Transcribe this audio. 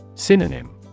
Synonym